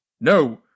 No